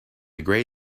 gray